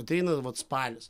ateina vat spalis